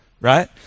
right